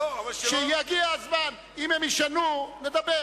כשיגיע הזמן, אם הם ישנו, נדבר.